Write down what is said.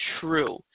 true